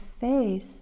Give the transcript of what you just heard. face